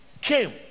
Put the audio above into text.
came